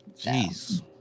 Jeez